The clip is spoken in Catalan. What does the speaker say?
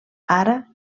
ara